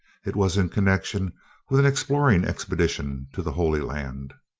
it was in connection with an exploring expedition to the holy land.